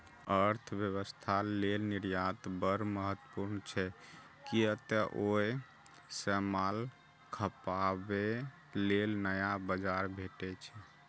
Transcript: अर्थव्यवस्था लेल निर्यात बड़ महत्वपूर्ण छै, कियै तं ओइ सं माल खपाबे लेल नया बाजार भेटै छै